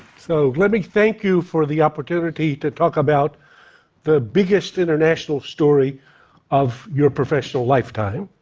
so, let me thank you for the opportunity to talk about the biggest international story of your professional lifetime,